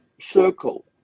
circle